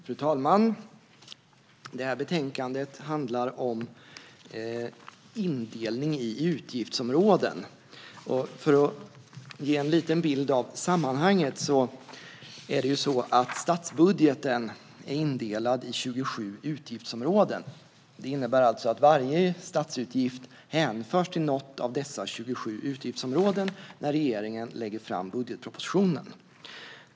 Fru talman! Detta betänkande handlar om indelning i utgiftsområden. Jag kan ge en liten bild av sammanhanget. Statsbudgeten är indelad i 27 utgiftsområden. Det innebär att varje statsutgift hänförs till något av dessa 27 utgiftsområden när regeringen lägger fram budgetpropositionen.